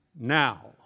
now